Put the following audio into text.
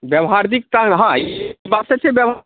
व्यवहारिकता कहाँ अछि ई बात तऽ अछि व्यवहारिकता